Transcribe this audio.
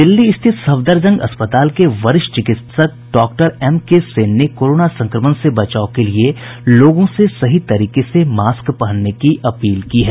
दिल्ली स्थित सफदरजंग अस्पताल के वरिष्ठ चिकित्सक डॉक्टर एम के सेन ने कोरोना संक्रमण से बचाव के लिये लोगों से सही तरीके से मास्क पहनने की अपील की है